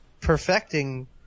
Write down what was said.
perfecting